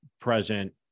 present